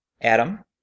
Adam